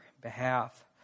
behalf